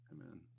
Amen